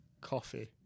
coffee